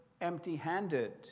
empty-handed